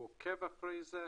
היא עוקבת אחרי זה,